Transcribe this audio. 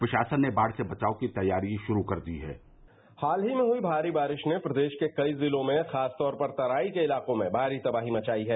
प्रशासन ने बाढ़ से बचाव की तैयारी शुरू कर दी है हाल ही में भारी बारिश ने प्रदेश के कई जिलों में खास तौर पर तराई के इलाकों में भारी तबाही मचाई है